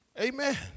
amen